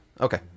Okay